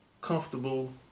comfortable